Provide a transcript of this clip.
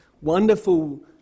wonderful